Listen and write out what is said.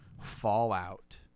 fallout